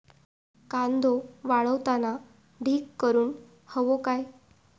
कांदो वाळवताना ढीग करून हवो काय?